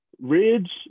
Ridge